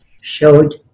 showed